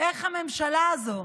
איך הממשלה הזו